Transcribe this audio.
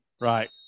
Right